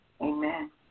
Amen